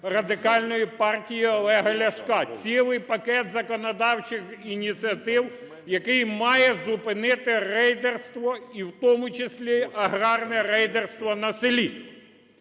Радикальної партії Олега Ляшка, цілий пакет законодавчих ініціатив, який має зупинити рейдерство і в тому числі аграрне рейдерство на селі.